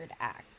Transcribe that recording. act